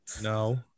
No